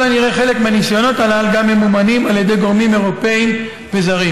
הנראה חלק מהניסיונות הנ"ל גם ממומנים על ידי גורמים אירופיים וזרים.